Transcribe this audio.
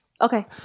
Okay